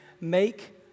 make